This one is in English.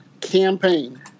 campaign